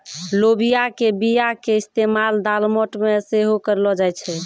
लोबिया के बीया के इस्तेमाल दालमोट मे सेहो करलो जाय छै